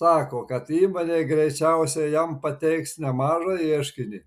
sako kad įmonė greičiausiai jam pateiks nemažą ieškinį